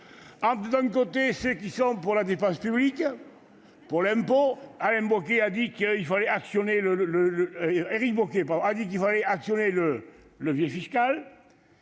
d'un côté, par ceux qui sont pour la dépense publique et l'impôt- Éric Bocquet a dit qu'il fallait actionner le levier fiscal